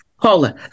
Paula